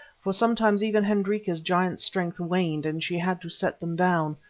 for sometimes even hendrika's giant strength waned and she had to set them down.